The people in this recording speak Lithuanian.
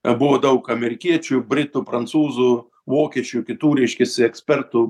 buvo daug amerikiečių britų prancūzų vokiečių kitų reiškiasi ekspertų